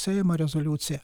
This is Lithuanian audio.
seimo rezoliucija